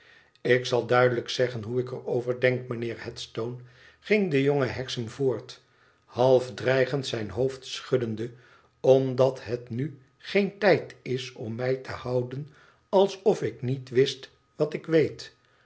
ik zal duidelijk zeggen hoe ik er over denk mijnheer headstone ging de jonge hexam voort half dreigend zijn hoofd schuddende omdat het nu geen tijd is om mij te houden alsof ik niet wist wat ik weet